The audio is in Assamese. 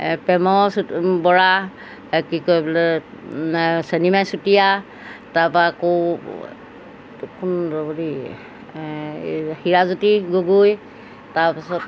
প্ৰেম বৰা কি কয় বোলে চেনিমাই চুতীয়া তাৰপৰা আকৌ এটো কোন ৰ'ব দেই হিৰাজ্যোতি গগৈ তাৰপিছত